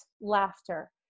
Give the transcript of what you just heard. laughter